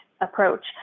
approach